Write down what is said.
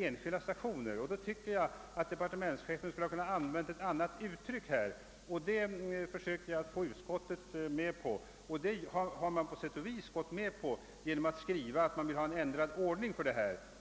som enskilda stationer. Då tycker jag att departementschefen här skulle ha kunnat använda ett annat uttryck. Jag försökte att få utskottet med på denna tankegång. På sätt och vis gick utskottet med på denna genom att skriva att en ändrad ordning vore önskvärd.